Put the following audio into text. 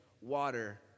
water